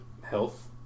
health